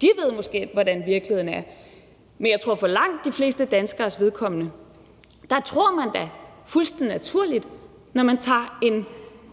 de ved måske, hvordan virkeligheden er. Men jeg tror, at langt de fleste danskere da som noget fuldstændig naturligt tror, at mælken, når de tager en